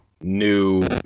new